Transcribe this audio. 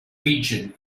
region